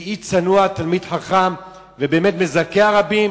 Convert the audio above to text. זה איש צנוע, תלמיד חכם, ובאמת מזכה הרבים.